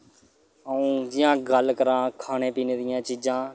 अ'ऊं जियां गल्ल करां खाने पीने दियां चीज़ां